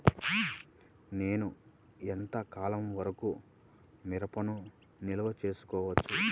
నేను ఎంత కాలం వరకు మిరపను నిల్వ చేసుకోవచ్చు?